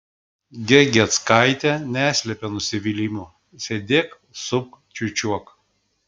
gegieckaitė neslėpė nusivylimo sėdėk supk čiūčiuok